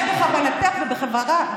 הפנתרה השחורה,